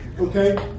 Okay